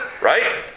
Right